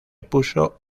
puso